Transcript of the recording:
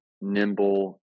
nimble